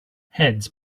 heads